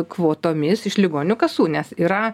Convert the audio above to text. kvotomis iš ligonių kasų nes yra